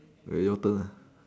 okay your turn lah